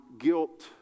guilt